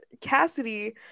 Cassidy